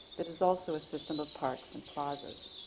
that is also a system of parks and plazas.